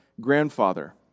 grandfather